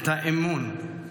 את האמון.